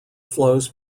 flows